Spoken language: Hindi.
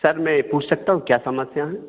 सर मैं पूछ सकता हूँ क्या समस्या है